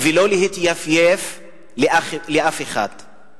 ולא להתייפייף לפני אף אחד,